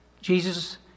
Jesus